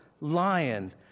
lion